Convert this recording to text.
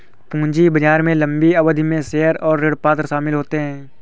पूंजी बाजार में लम्बी अवधि में शेयर और ऋणपत्र शामिल होते है